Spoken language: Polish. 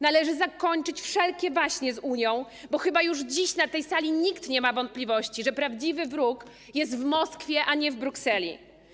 Należy zakończyć wszelkie waśnie z Unią, bo chyba już dziś na tej sali nikt nie ma wątpliwości, że prawdziwy wróg jest w Moskwie, a nie w Brukseli.